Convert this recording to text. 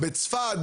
בצפת,